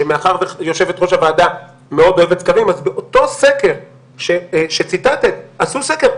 ומאחר שיושבת ראש הוועדה מאוד אוהבת סקרים אז באותו סקר שציטטת עשו סקר,